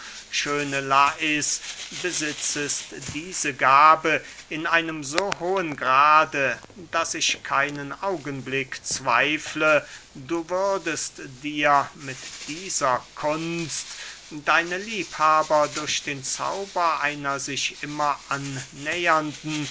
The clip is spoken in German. schöne lais besitzest diese gabe in einem so hohen grade daß ich keinen augenblick zweifle du würdest dir mit dieser kunst deine liebhaber durch den zauber einer sich immer annähernden